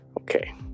Okay